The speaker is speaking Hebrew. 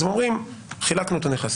אז הם אומרים כך: חילקנו את הנכסים.